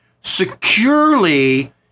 securely